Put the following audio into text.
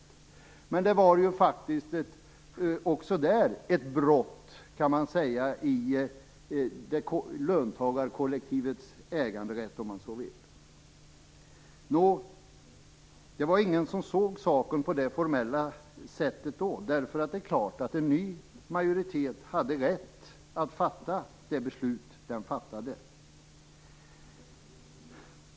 Men även detta var faktiskt ett brott i löntagarkollektivets äganderätt, om man så vill. Det var ingen som såg saken på det formella sättet då. Det är klart att en ny majoritet hade rätt att fatta det beslut den fattade.